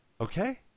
okay